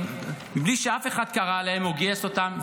בלי שאף אחד קרא להם או גייס אותם,